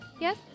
Yes